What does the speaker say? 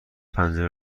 پنجره